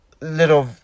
little